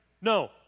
No